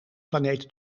planeten